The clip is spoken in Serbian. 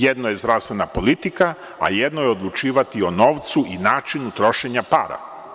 Jedno je zdravstvena politika, a jedno je odlučivati o novcu i načinu trošenja para.